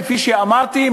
כפי שאמרתי,